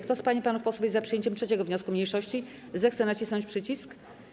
Kto z pań i panów posłów jest za przyjęciem 3. wniosku mniejszości, zechce nacisnąć przycisk.